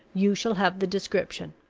you shall have the description.